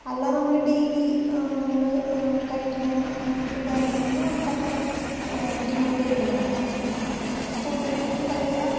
അല്ല നമ്മള് കഴിക്കുന്ന നമ്മള് കഴിക്കണ ഫുഡ് കാര്യങ്ങളൊന്നും നമുക്കത്ര ബുദ്ധിമുട്ട് ഇല്ല അപ്പം ഞാൻ കൂടുതലും പ്രിഫർ ചെയ്യുക